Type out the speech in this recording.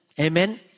Amen